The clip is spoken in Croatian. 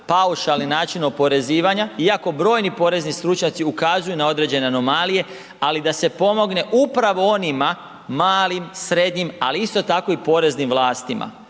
paušalni način oporezivanja iako brojni porezni stručnjaci ukazuju na određene anomalije, ali da se pomogne upravo onima malim, srednjim, ali isto tako i poreznim vlastima.